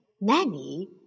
Nanny